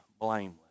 blameless